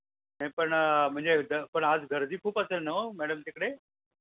नाही पण म्हणजे पण आज गर्दी खूप असेल न हो मॅडम तिकडे